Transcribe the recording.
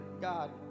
God